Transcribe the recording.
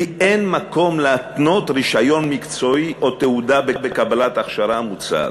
כי אין מקום להתנות רישיון מקצועי או תעודה בקבלת ההכשרה המוצעת,